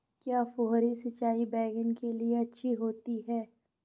क्या फुहारी सिंचाई बैगन के लिए अच्छी होती है?